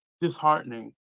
disheartening